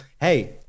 hey